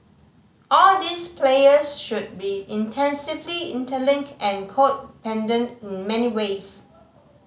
all these players should be intensively interlinked and codependent in many ways